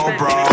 bro